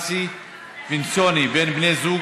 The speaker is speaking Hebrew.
ובכניסה למקומות בידור ולמקומות ציבוריים,